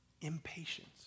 impatience